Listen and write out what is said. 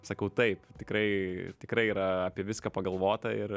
sakau taip tikrai tikrai yra apie viską pagalvota ir